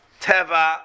teva